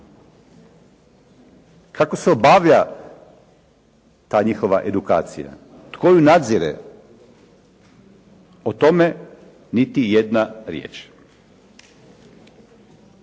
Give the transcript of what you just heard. Kako se obavlja ta njihova edukacija? Tko ju nadzire? O tome niti jedna riječ.